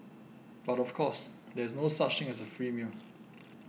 but of course there is no such thing as a free meal